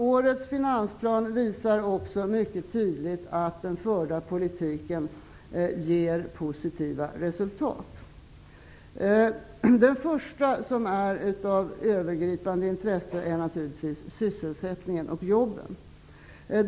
Årets finansplan visar också mycket tydligt att den förda politiken ger positiva resultat. Det första som är av övergripande intresse är naturligtvis sysselsättningen och jobben.